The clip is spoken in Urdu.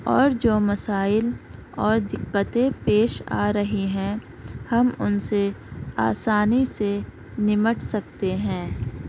اور جو مسائل اور دقتیں پیش آ رہی ہیں ہم ان سے آسانی سے نمٹ سکتے ہیں